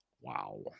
wow